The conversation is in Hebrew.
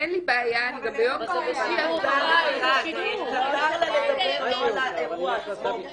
אין לי בעיה ------ מותר לה לדבר לא על האירוע עצמו.